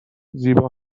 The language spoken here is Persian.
زیبا